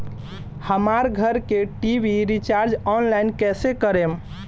हमार घर के टी.वी रीचार्ज ऑनलाइन कैसे करेम?